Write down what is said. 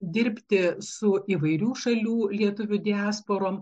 dirbti su įvairių šalių lietuvių diasporom